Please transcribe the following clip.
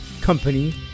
company